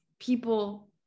people